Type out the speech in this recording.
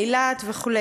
אילת וכו'.